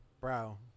bro